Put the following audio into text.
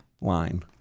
Line